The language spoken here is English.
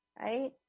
Right